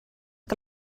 que